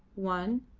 one,